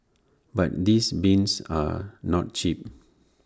but these bins are not cheap